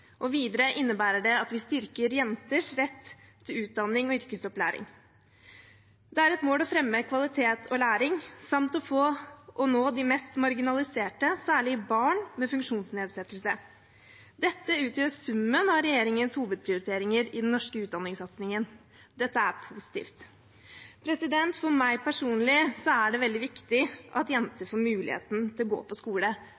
Og videre innebærer det at vi styrker jenters rett til utdanning og yrkesopplæring. Det er et mål å fremme kvalitet og læring samt å nå de mest marginaliserte, særlig barn med funksjonsnedsettelse. Dette utgjør summen av regjeringens hovedprioriteringer i den norske utdanningssatsingen. Dette er positivt. For meg personlig er det veldig viktig at